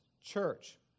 church